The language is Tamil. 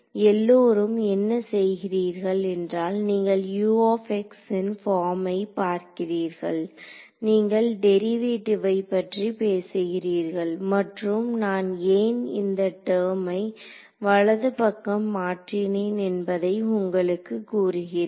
எல்லோரும் என்ன செய்கிறீர்கள் என்றால் நீங்கள் ன் பார்மை பார்க்கிறீர்கள் நீங்கள் டெரிவேட்டிவை பற்றி பேசுகிறீர்கள் மற்றும் நான் ஏன் இந்த டெர்மை வலது பக்கம் மாற்றினேன் என்பதை உங்களுக்கு கூறுகிறேன்